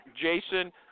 Jason